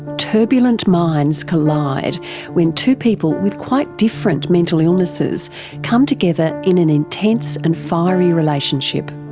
turbulent minds collide when two people with quite different mental illnesses come together in an intense and fiery relationship.